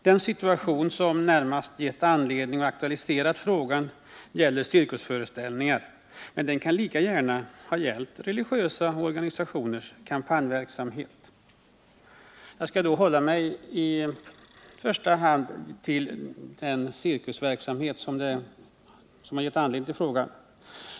Det som närmast aktualiserat frågan är en cirkusföreställning, men den hade lika gärna kunnat gälla religiösa organisationers kampanjverksamhet. Jag skall i första hand hålla mig till cirkusverksamhet, eftersom det är den som givit anledning till frågan.